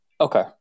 Okay